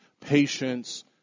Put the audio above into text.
patience